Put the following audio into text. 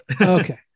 Okay